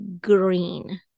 green